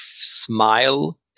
smile